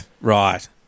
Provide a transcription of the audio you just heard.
right